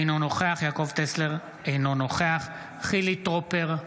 אינו נוכח יעקב טסלר, אינו נוכח חילי טרופר,